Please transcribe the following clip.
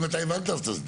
אם אתה הבנת, אז תסביר.